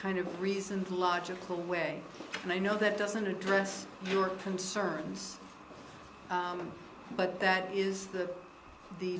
kind of reasoned logical way and i know that doesn't address your concerns but that is the the